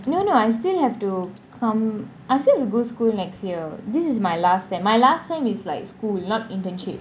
no no I still have to come I still have to go school next year this is my last sem~ my last sem~ is like school not internship